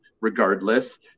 regardless